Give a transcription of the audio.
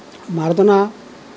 Maradona